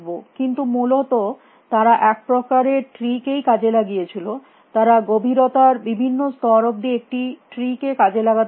কিন্তু মূলত তারা এক প্রকারের ট্রি কেই কাজে লাগিয়েছিল তারা গভীরতার বিভিন্ন স্তর অবধি একটি ট্রি কে কাজে লাগাতে পারত